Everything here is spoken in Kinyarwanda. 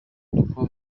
kuba